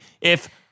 if-